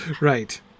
right